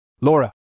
Laura